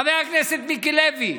חבר הכנסת מיקי לוי,